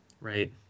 right